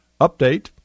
update